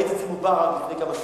הייתי אצל מובארק לפני כמה שנים,